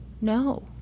No